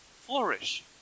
flourish